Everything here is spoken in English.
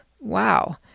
Wow